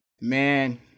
Man